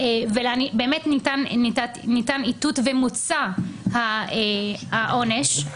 ובאמת ניתן איתות ומוצע העונש.